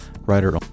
writer